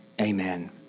amen